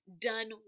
done